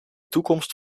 toekomst